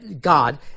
God